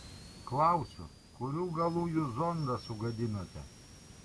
klausiu kurių galų jūs zondą sugadinote